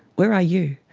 where are you?